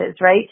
right